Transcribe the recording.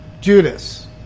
Judas